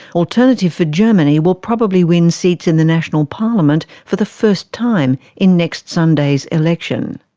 alternative for germany will probably win seats in the national parliament for the first time in next sunday's election.